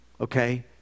okay